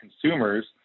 consumers